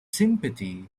sympathy